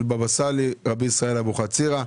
סאלי, רבי ישראל אבוחצירה,